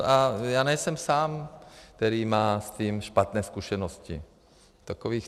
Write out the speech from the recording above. A já nejsem sám, kdo má s tím špatné zkušenosti, takových...